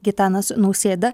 gitanas nausėda